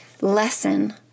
lesson